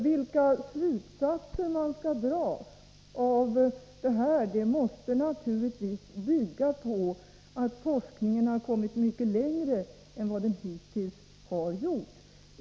De slutsatser som man skall dra i det här sammanhanget måste naturligtvis bygga på att forskningen har kommit mycket längre än vad den hittills har gjort.